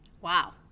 Wow